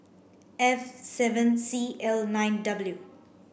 F seven C L nine W